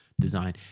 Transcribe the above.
design